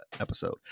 episode